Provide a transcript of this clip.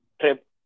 trip